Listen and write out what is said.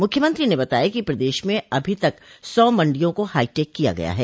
मुख्यमंत्री ने बताया कि प्रदेश में अभी तक सौ मंडियो को हाईटेक किया गया है